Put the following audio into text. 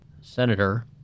Senator